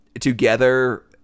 together